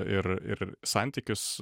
ir ir santykius